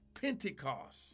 Pentecost